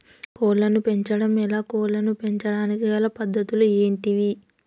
కోళ్లను పెంచడం ఎలా, కోళ్లను పెంచడానికి గల పద్ధతులు ఏంటివి?